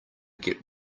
get